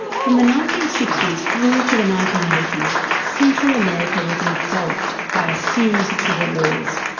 from the nineteen sixty s through to the nineteen eighty s central america was engulfed by a series of civil wars,